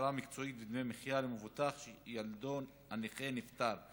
הכשרה מקצועית ודמי מחיה למבוטח שילדו הנכה נפטר),